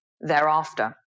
thereafter